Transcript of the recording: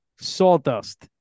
Sawdust